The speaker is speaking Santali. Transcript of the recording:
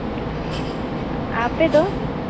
ᱟᱨ ᱟᱯᱮ ᱫᱚ